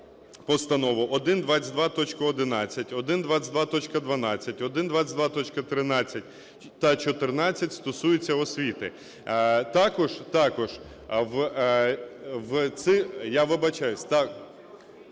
постанову, 122.11, 122.12, 122.13 та 122.14 стосуються освіти. Також, я вибачаюся…